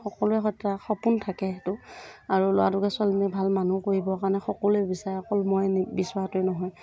সকলোৰে এটা সপোন থাকে এইটো আৰু ল'ৰাটোকে ছোৱালীজনীকে ভাল মানুহ কৰিবৰ কাৰণে সকলোৱে বিচাৰে অকল মই বিচৰাটোৱে নহয়